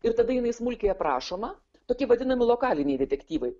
ir tada jinai smulkiai aprašoma tokie vadinami lokaliniai detektyvai